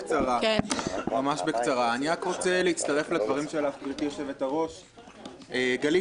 אני רק רוצה להצטרף לדברים שלך, גברתי יושבת-הראש.